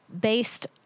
based